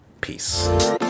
Peace